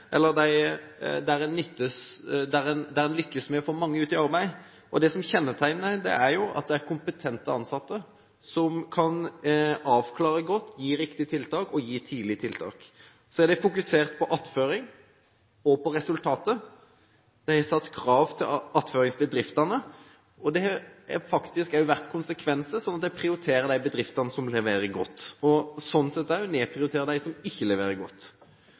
der en lykkes med å få mange ut i arbeid. Det som kjennetegner dem, er at de har kompetente ansatte som kan avklare godt, gi riktige tiltak og tidlige tiltak. Så har man fokusert på attføring og på resultatet. De har satt krav til attføringsbedriftene, og det har faktisk også fått konsekvenser, slik at de prioriterer de bedriftene som leverer godt – sånn sett nedprioriterer de også dem som ikke leverer godt.